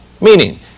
meaning